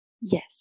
Yes